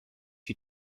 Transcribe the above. you